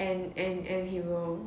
and and and he will